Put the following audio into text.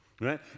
right